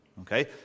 Okay